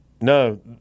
No